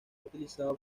utilizado